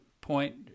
point